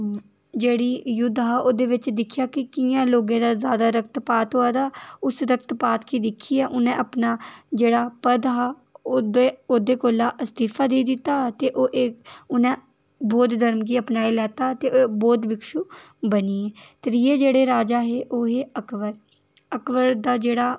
जेह्ड़े युद्ध हा ओह्दे बिच्च दिक्खेआ हा के कि'यां लोके दा रक्त पात होआ दा उस रक्त पात गी दिक्खियै उ'नें अपना जेह्ड़ा पद हा ओह्दे कोला इस्तीफा देई दित्ता ते उ'नें बौद्ध धर्म गी अपनाई लैता ते बौद्ध भिक्षू बनी गेए ते त्रिये जैह्डे राजा है औह् है अकबर दा जैह्डा